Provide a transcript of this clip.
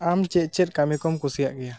ᱟᱢ ᱪᱮᱫ ᱪᱮᱫ ᱠᱟ ᱢᱤᱠᱚᱢ ᱠᱩᱥᱤᱭᱟᱜ ᱜᱮᱭᱟ